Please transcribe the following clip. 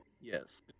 Yes